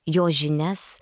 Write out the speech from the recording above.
jo žinias